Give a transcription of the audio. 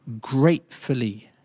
gratefully